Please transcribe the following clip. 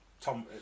Tom